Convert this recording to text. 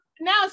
Now